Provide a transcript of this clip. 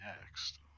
next